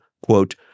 quote